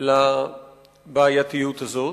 לבעייתיות הזו,